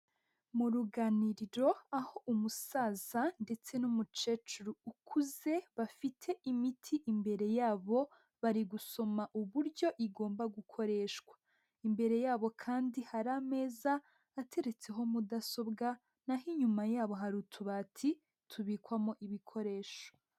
Mu ruganiriro aho umusaza ndetse n'umukecuru ukuze bafite imiti imbere yabo bari gusoma uburyo igomba gukoreshwa, imbere yabo kandi hari ameza ateretseho mudasobwa naho inyuma yabo hari utubati tubikwamo ibikoresho.